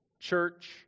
church